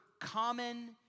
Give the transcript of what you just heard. common